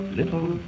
little